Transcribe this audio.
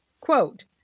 Quote